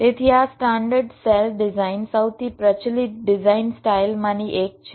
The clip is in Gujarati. તેથી આ સ્ટાન્ડર્ડ સેલ ડિઝાઇન સૌથી પ્રચલિત ડિઝાઇન સ્ટાઈલમાંની એક છે